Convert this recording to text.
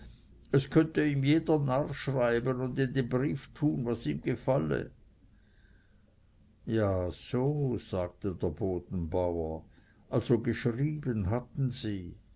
es könnte ihm jeder narr schreiben und in den brief tun was ihm gefalle ja so sagte der bodenbauer also geschrieben hatten sie